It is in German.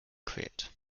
quält